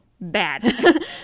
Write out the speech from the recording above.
bad